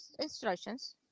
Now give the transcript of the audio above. instructions